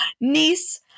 niece